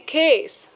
case